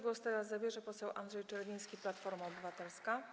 Głos zabierze poseł Andrzej Czerwiński, Platforma Obywatelska.